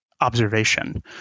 observation